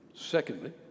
Secondly